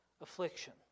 affliction